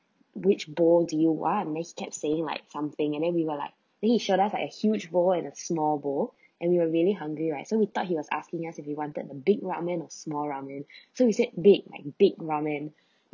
which bowl you want then he kept saying like something and then we were like then he showed us like a huge bowl and a small bowl and we were really hungry right so we thought he was asking us if we wanted the big ramen or small ramen so we said big like big ramen